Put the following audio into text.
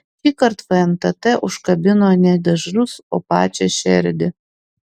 šįkart fntt užkabino ne dažus o pačią šerdį